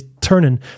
turning